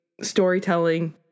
storytelling